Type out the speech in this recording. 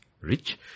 rich